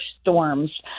storms